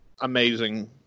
amazing